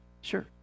Sure